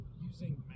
using